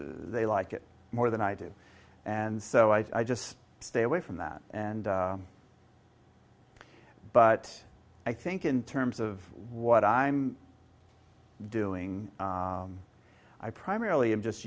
they like it more than i do and so i just stay away from that and but i think in terms of what i'm doing i primarily i'm just